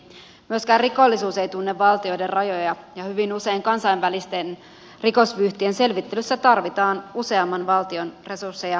myöskään rikollisuus ei tunne valtioiden rajoja ja hyvin usein kansainvälisten rikosvyyhtien selvittelyssä tarvitaan useamman valtion resursseja ja mukanaoloa